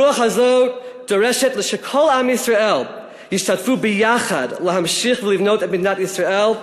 הרוח הזו דורשת שכל עם ישראל ישתתפו ביחד להמשיך ולבנות את מדינת ישראל,